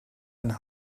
and